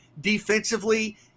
defensively